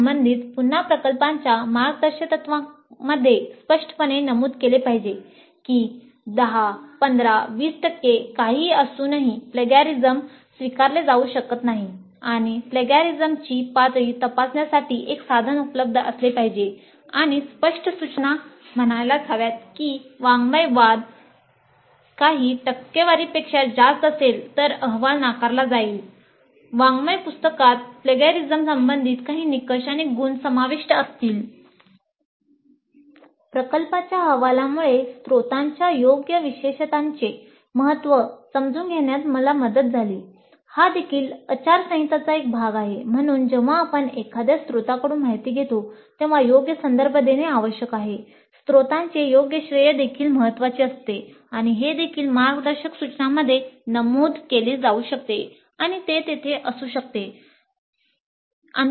संबंधित काही निकष काही गुण समाविष्ट असतील "प्रकल्पाच्या अहवालामुळे स्त्रोतांच्या योग्य विशेषतांचे महत्त्व समजून घेण्यात मला मदत झाली"